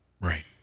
Right